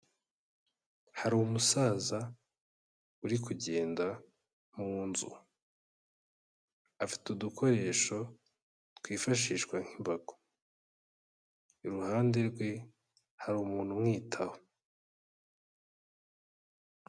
Hari umusaza uri kugenda mu nzu, afite udukoresho twifashishwa nk'imbago, iruhande rwe hari umuntu umwitaho.